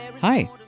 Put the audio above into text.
Hi